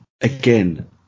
Again